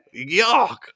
yuck